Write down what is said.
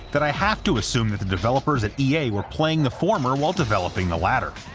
that i have to assume that the developers at ea were playing the former while developing the latter.